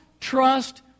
trust